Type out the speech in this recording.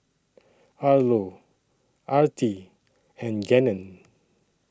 Arlo Artie and Gannon